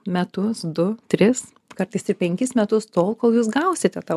metus du tris kartais ir penkis metus tol kol jūs gausite tą